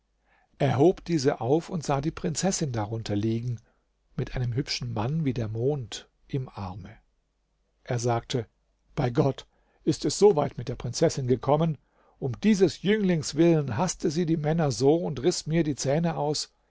hob diese auf und sah die prinzessin darunter liegen mit einem hübschen mann wie der mond im arme er sagte bei gott ist es so weit mit der prinzessin gekommen um dieses jünglings willen haßte sie die männer so und riß mir die zähne aus